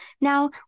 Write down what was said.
Now